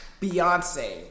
beyonce